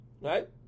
Right